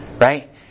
Right